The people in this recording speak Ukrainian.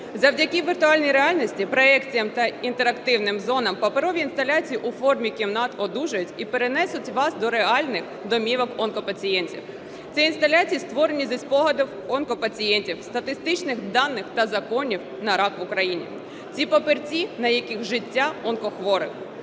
Завдяки віртуальній реальності, проекціям та інтерактивним зонам паперові інсталяції у формі кімнат одужують і перенесуть вас до реальних домівок онкопацієнтів. Ці інсталяції створені зі спогадів онкопацієнтів, статистичних даних та законів на рак в Україні. Ці папірці, на яких життя онкохворих,